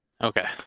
Okay